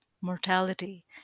mortality